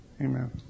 Amen